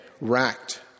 racked